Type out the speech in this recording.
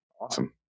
Awesome